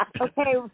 Okay